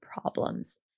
problems